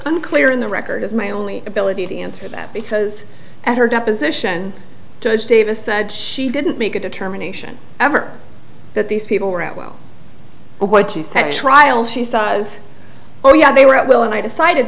unclear in the record is my only ability to answer that because at her deposition judge davis said she didn't make a determination ever that these people were out well what she said trial she sighs oh yeah they were at will and i decided